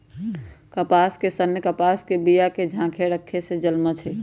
कपास के सन्न कपास के बिया के झाकेँ रक्खे से जलमइ छइ